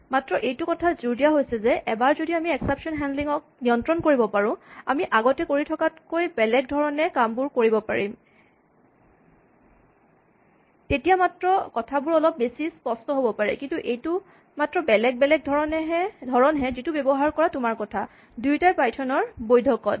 মাত্ৰ এইটো কথাত জোৰ দিয়া হৈছে যে এবাৰ যদি আমি এক্সেপচন হেন্ডলিং ক নিয়ন্ত্ৰণ কৰিব পাৰোঁ আমি আগতে কৰি থকাতকৈ বেলেগ ধৰণে কামবোৰ কৰিব পাৰিব পাৰোঁ কেতিয়াবা মাত্ৰ কথাবোৰ অলপ বেছি স্পষ্ট হ'ব পাৰে কিন্তু এইটো মাত্ৰ বেলেগ বেলেগ ধৰণহে যিটো ব্যৱহাৰ কৰা তোমাৰ কথা দুয়োটাই পাইথনৰ বৈধ্য কড